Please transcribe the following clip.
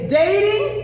dating